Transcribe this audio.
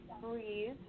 breathe